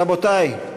רבותי,